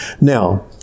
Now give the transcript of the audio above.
Now